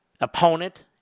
opponent